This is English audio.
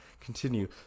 continue